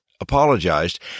apologized